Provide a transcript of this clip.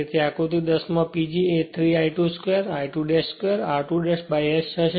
તેથી આકૃતિ 10 માં PG એ 3 I2 2 I2 2 r2 S હશે